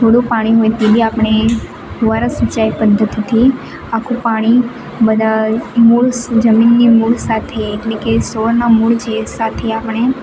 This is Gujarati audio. થોડું પાણી હોય તે બી આપણે ફુવારા સિંચાઈ પદ્ધતિથી આખું પાણી બધા મોલ્સ જમીનની મૂળ સાથે એટલે કે ખોડના મૂળ છે સાથે આપણે